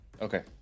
Okay